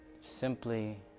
simply